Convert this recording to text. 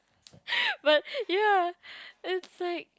but ya it's like